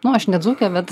nu aš ne dzūkė bet